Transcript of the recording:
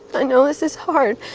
i know this is hard,